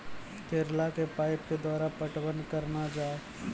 करेला मे पाइप के द्वारा पटवन करना जाए?